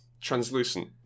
Translucent